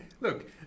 Look